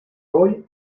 hoy